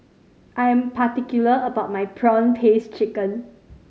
I am particular about my prawn paste chicken